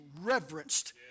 reverenced